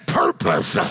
purpose